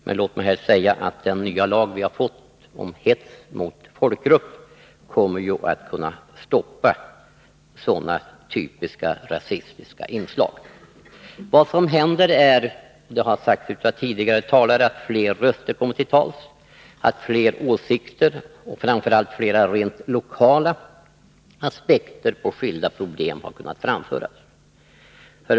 Men låt mig här säga att den nya lag vi fått om hets mot folkgrupp kommer att kunna stoppa sådana typiska rasistiska inslag. Vad som händer är — det har sagts av flera talare — att fler röster kommer till tals, att fler åsikter och framför allt fler rent lokala aspekter på skilda problem har kunnat framföras.